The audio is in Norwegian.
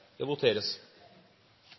Det voteres